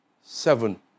seven